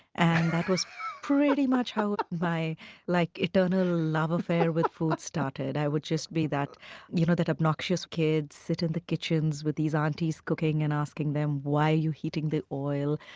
and that was pretty much how my like eternal love affair with food started. i would just be that you know that obnoxious kid, sit in the kitchens with these aunties cooking, and asking them why are you heating the oil?